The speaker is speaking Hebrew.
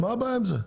מה הבעיה עם זה?